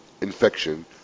infection